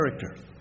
character